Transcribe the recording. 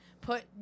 put